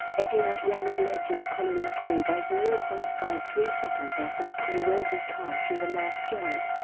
edging out rally legend colin mcrae by zero point five three seconds after mcrae rolled his car through the last jump.